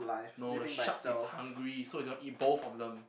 no the shark is hungry so he is gonna eat both of them